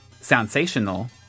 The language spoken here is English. Sensational